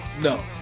No